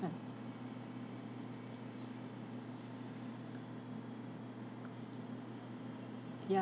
ya